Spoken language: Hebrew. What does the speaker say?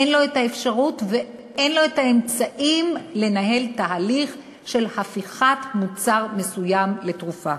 אין לו האפשרות ואין לו האמצעים לנהל תהליך של הפיכת מוצר מסוים לתרופה.